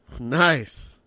Nice